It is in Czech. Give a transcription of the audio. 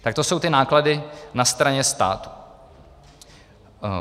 Tak to jsou náklady na straně státu.